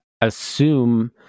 assume